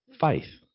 faith